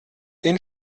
den